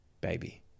Baby